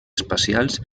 espacials